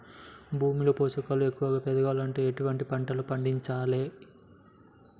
భూమిలో పోషకాలు ఎక్కువగా పెరగాలంటే ఎటువంటి పంటలు పండించాలే?